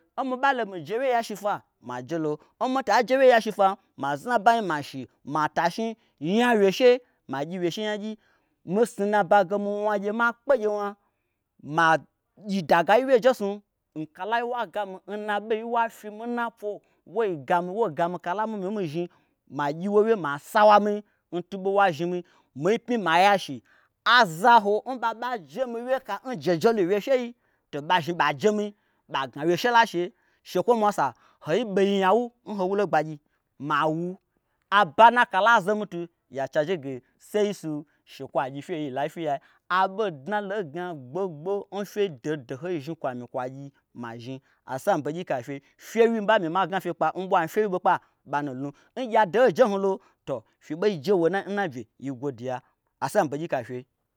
N miɓalo mii jewye yashi fwa majelo. nmita jewye yashi fwam ma zna ɓanyi ma yashi ma ta ashni nya wye she ma gyinyagyi mi snu na ɓai n mi wnagye ma kpe gyewna ma gyi dagayi wye njesnu nkalai n wa gami nna ɓei n wa fyimi nna poo woi gami woi gami kala mii myi mi-i zhni magyi wowye masawami n tun ɓo n wa zhni mi mi-i pmyi ma yashi azaho n ɓaɓa jemi wyeka n jejelu n wyeshei to'bazhni ba jemi ɓa gna wyeshe la she shekwo mwasa hoibei nyawnu nho wulo n gbagyi mawu aba nna akala zomitu yachi ajege sai nsu shekwoyia gyifye n yi n laifyiyai. Aɓo dnalo n gna gbogbo n fye doho doho yi zhni kwa mi kwagyi mazhni asambegyika n fyei fye wyi n mi ɓa myi ma gnafye fyewyi ɓo kpa oba nunu; n gye adolo jesnulo fye bei jamiwo nai na bye mii gwoduya asambegyika n fyei.